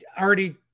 already